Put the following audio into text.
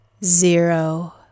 Zero